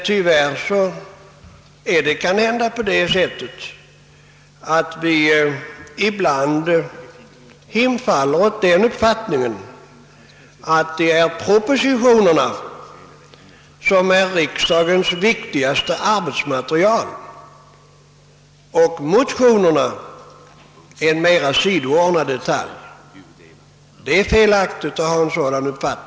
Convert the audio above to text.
Tyvärr hemfaller vi kanhända ibland åt den uppfattningen, att propositionerna är riksdagens viktigaste arbetsmaterial och motionerna en mera sidoordnad detalj. En sådan uppfattning är felaktig.